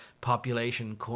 population